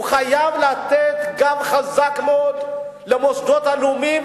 חייב לתת גב חזק מאוד למוסדות הלאומיים,